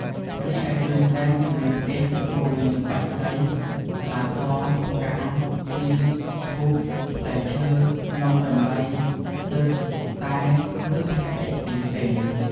រីឯគ្រឿងសែនជំនាងផ្ទះរួមមានបាយសី ស្លាធម៌ ផ្កា ទៀន ធូប ផ្លែឈើ នំចំណី ទឹក តែ ឬភេសជ្ជៈផ្សេងៗ។